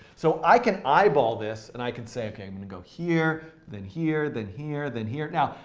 so i can eyeball this, and i can say, ok, i'm going to go here, then here, then here, then here. now,